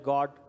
God